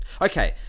Okay